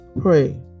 Pray